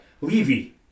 Levy